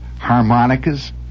harmonicas